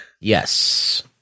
Yes